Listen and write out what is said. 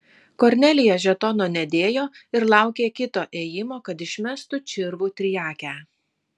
kornelija žetono nedėjo ir laukė kito ėjimo kad išmestų čirvų triakę